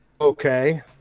Okay